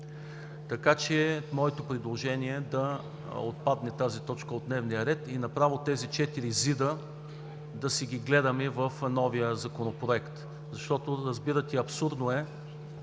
Така че моето предложение е да отпадне тази точка от дневния ред и направо тези четири ЗИД-а да си ги гледаме в новия Законопроект. Защото, разбирате, абсурдно е